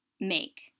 make